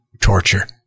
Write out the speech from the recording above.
torture